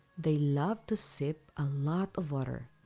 they love to sip a lot of water,